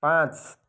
पाँच